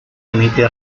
emite